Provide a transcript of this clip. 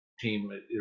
team